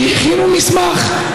הכינו מסמך.